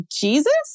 Jesus